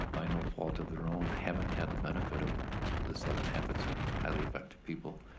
by no fault of their own, haven't had the benefit of the seven habits of highly effective people,